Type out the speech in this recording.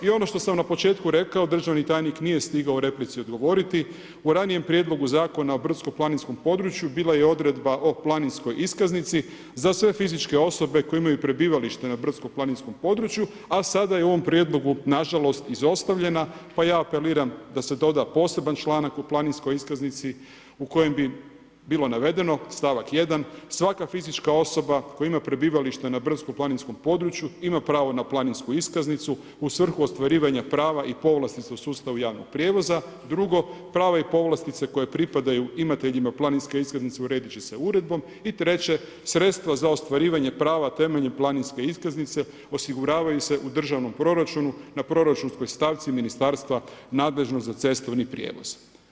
I ono što sam na početku rekao, državni tajnik nije stigao u replici odgovoriti, u ranijem prijedlogu Zakona o brdsko-planinskom području bilo je odredba o planinskoj iskaznici za sve fizičke osobe koje imaju prebivališta na brdsko-planinskom području a sada je u ovom prijedlogu nažalost izostavljena pa ja apeliram da se doda poseban članak o planinskoj iskaznici u kojoj bi bilo navedeno stavak 1. svaka fizička osoba koja ima prebivalište na brdsko-planinskom području, ima pravo na planinsku iskaznicu u svrhu ostvarivanja prava i povlastice u sustavu javnog prijevoza, drugo, prava i povlastice koje pripadaju imateljima planinske iskaznice uredit će se uredbom i treće, sredstva za ostvarivanje prava temeljem planinske iskaznice osiguravaju se u državnom proračunu na proračunskoj stavci ministarstva nadležno za cestovni prijevoz.